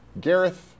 Gareth